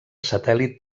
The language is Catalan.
satèl·lit